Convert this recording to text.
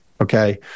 okay